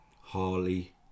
Harley